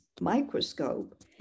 microscope